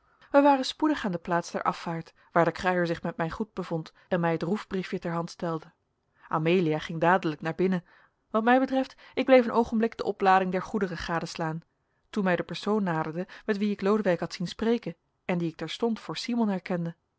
wij waren spoedig aan de plaats der afvaart waar de kruier zich met mijn goed bevond en mij het roefbriefje ter hand stelde amelia ging dadelijk naar binnen wat mij betreft ik bleef een oogenblik de oplading der goederen gadeslaan toen mij de persoon naderde met wien ik lodewijk had zien spreken en dien ik terstond voor simon herkende